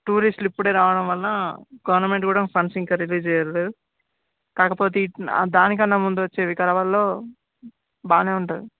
టూరిస్టులు ఇప్పుడే రావడం వలన గవర్నమెంట్ కూడా ఫండ్స్ ఇంకా రిలీజ్ చేయలేదు కాకపోతే వీట్ని దానికన్నా ముందొచ్చే వికారాబాద్లో బాగానే ఉంటుంది